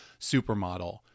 Supermodel